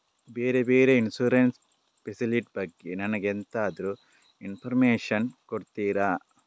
ಬೇರೆ ಬೇರೆ insurance facility ಬಗ್ಗೆ ನನಗೆ ಎಂತಾದ್ರೂ ಇನ್ಫೋರ್ಮೇಷನ್ ಕೊಡ್ತೀರಾ?